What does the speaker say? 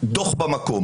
דוח במקום.